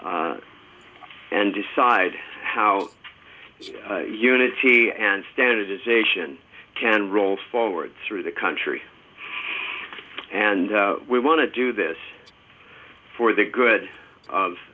and and decide how unity and standardization can roll forward through the country and we want to do this for the good of